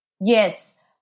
Yes